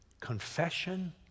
confession